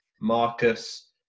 Marcus